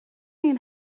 این